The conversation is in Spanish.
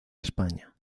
españa